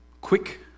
quick